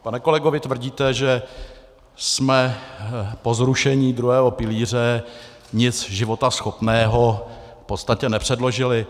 Pane kolego, vy tvrdíte, že jsme po zrušení druhého pilíře nic životaschopného v podstatě nepředložili.